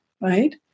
right